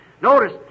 Notice